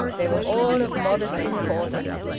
they were all of modest importance,